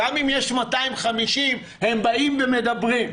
גם אם יש 250 הם באים ומדברים ביניהם.